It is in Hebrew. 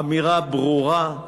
אמירה ברורה,